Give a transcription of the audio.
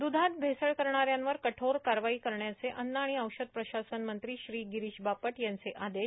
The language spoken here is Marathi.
दुधात भेसळ करणाऱ्यांवर कठोर कारवाई करण्याचे अन्न आणि औषध प्रशासन मंत्री श्री गिरीश बापट यांचे आदेश